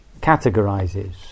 categorizes